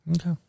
Okay